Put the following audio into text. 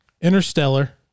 Interstellar